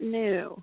new